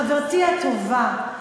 חברתי הטובה,